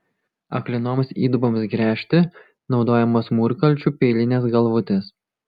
aklinoms įduboms gręžti naudojamos mūrkalčių peilinės galvutės